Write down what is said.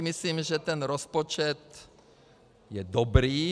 Myslím si, že ten rozpočet je dobrý.